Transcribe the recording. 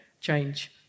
change